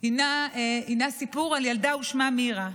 היא סיפור על ילדה ושמה מירה.